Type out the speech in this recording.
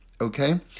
okay